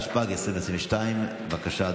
התשפ"ג 2022. בבקשה,